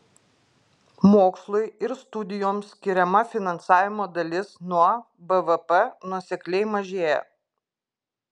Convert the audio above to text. mokslui ir studijoms skiriama finansavimo dalis nuo bvp nuosekliai mažėja